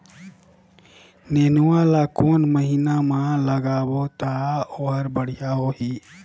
नेनुआ ला कोन महीना मा लगाबो ता ओहार बेडिया होही?